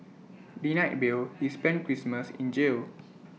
denied bail he spent Christmas in jail